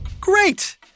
Great